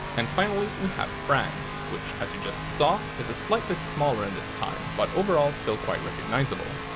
and finally, we have france, which as you just saw, is a slight bit smaller in this time, but overall still quite recognizable.